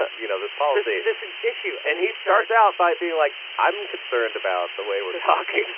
ah you know, this policy? this issue and he starts. out by being like, i'm concerned about the way we're talking